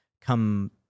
come